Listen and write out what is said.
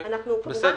בסדר,